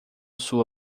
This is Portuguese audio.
sua